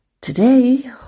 Today